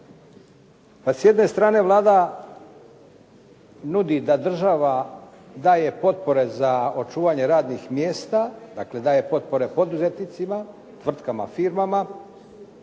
s jedne strane Vlada nudi da država daje potpore za očuvanje radnih mjesta, dakle daje potpore poduzetnicima, tvrtkama, firmama